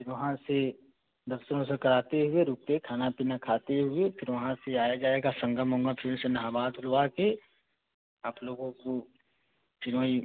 फिर वहाँ से दर्शन वर्शन कराते हुए रुक के खाना पीना खाते हुए फिर वहाँ से आया जाएगा संगम उंगम फिर उससे नहवा धूलवा कर आप लोगों को फिर वही